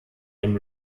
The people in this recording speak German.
dem